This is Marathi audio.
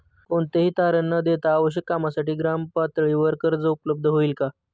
कोणतेही तारण न देता आवश्यक कामासाठी ग्रामपातळीवर कर्ज उपलब्ध होईल का?